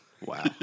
Wow